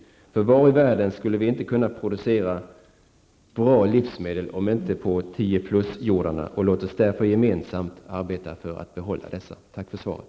Om det är någonstans i världen som bra livsmedel kan produceras, så är det väl på 10+-jordarna. Låt oss därför gemensamt arbeta för att dessa kan behållas! Tack för svaret.